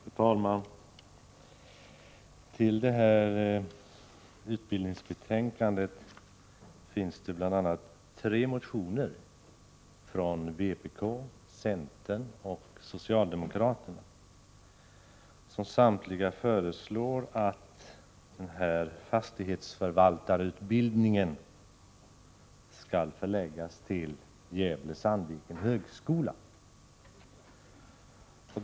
Fru talman! I det här betänkandet från utbildningsutskottet behandlas bl.a. tre motioner-— från vpk, centern och socialdemokraterna —som samtliga föreslår att fastighetsförvaltarutbildningen skall förläggas till högskolan i Gävle-Sandviken.